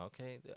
Okay